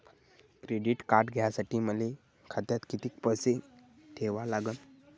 Credit card घ्यासाठी मले खात्यात किती पैसे ठेवा लागन?